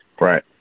Right